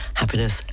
happiness